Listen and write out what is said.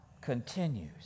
continues